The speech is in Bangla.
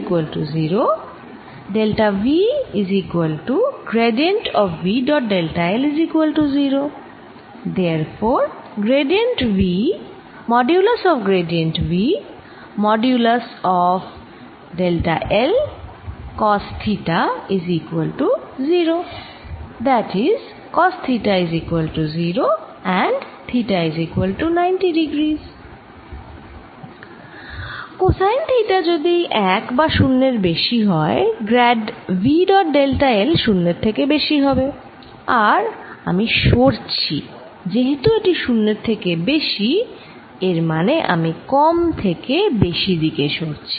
কোসাইন থিটা যদি 1 বা শুন্যের বেশি হয় grad V dot delta l শুন্যের থেকে বেশি হবে আর আমি সরছি যে হেতু এটি শুন্যের থেকে বেশি এর মানে আমরা কম থেকে বেশি দিকে সরছি